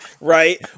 Right